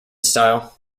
style